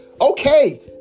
okay